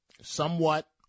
Somewhat